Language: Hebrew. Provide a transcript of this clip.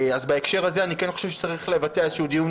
בהקשר הזה אני חושב שצריך לבצע איזשהו דיון